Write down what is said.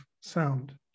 sound